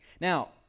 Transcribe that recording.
Now